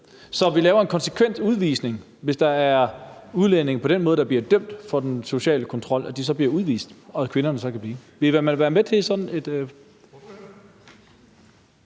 Så laver vi en konsekvent udvisning, hvis der er udlændinge, der på den måde bliver dømt for social kontrol, altså så de bliver udvist, mens kvinderne kan blive. Vil man være med til det?